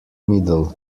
middle